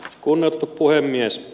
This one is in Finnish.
kunnioitettu puhemies